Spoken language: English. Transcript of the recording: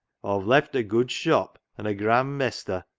aw've left a good shop and a grand mestur,